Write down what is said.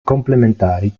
complementari